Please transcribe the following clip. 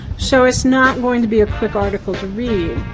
so it's not going to be a quick article to read.